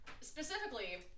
specifically